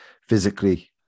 physically